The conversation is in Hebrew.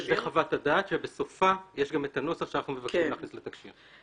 זו חוות הדעת ובסופה יש את הנוסח שאנחנו מבקשים להכניס לתקש"יר.